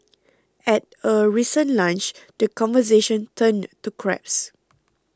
at a recent lunch the conversation turned to crabs